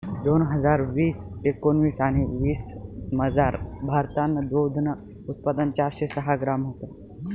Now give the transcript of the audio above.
दोन हजार एकोणाविस आणि वीसमझार, भारतनं दूधनं उत्पादन चारशे सहा ग्रॅम व्हतं